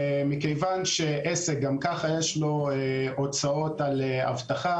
מכיוון שעסק גם ככה יש לו הוצאות על אבטחה,